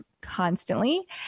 constantly